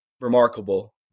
remarkable